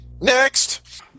Next